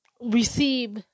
receive